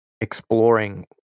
exploring